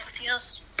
feels